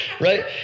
right